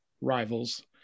rivals